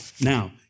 now